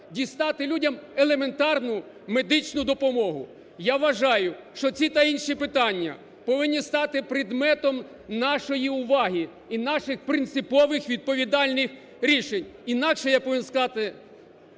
дістати людям елементарну медичну допомогу. Я вважаю, що ці та інші питання повинні стати предметом нашої уваги і наших принципових відповідальних рішень. Інакше, я повинен сказати,